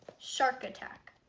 shark attack!